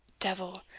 devil!